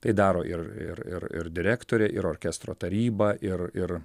tai daro ir ir ir ir direktorė ir orkestro taryba ir ir